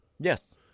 yes